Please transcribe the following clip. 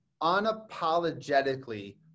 unapologetically